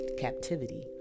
Captivity